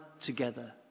together